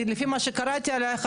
לפי מה שקראתי עלייך,